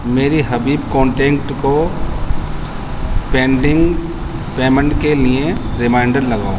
میری حبیب کانٹینکٹ کو pending payment کے لیے ریمائنڈر لگاؤ